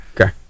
Okay